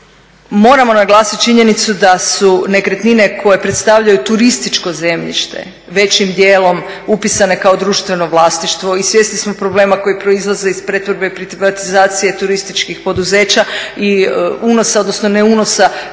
Moramo naglasiti činjenicu da su nekretnine koje predstavljaju turističko zemljište većim dijelom upisane kao društveno vlasništvo i svjesni smo problema koji proizlaze iz pretvorbe i privatizacije turističkih poduzeća i unosa, odnosno ne unosa